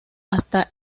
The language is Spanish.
hasta